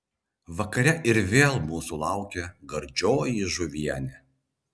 vakare ir vėl mūsų laukė gardžioji žuvienė